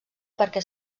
perquè